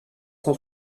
cent